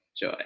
joy